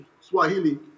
Swahili